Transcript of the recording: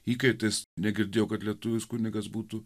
įkaitais negirdėjau kad lietuvis kunigas būtų